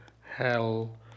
hell